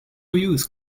use